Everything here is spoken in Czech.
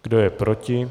Kdo je proti?